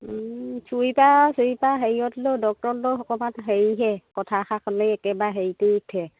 চুইপা চুইপা হেৰিয়ত হ'লেও ডক্তৰ হ'লেও অকণমান হেৰিহে কথা এষাৰ ক'লেই একেবাৰে হেৰি কৰি উঠে